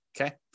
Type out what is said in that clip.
okay